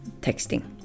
texting